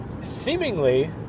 seemingly